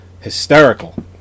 Hysterical